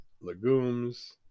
legumes